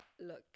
look